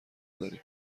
داریم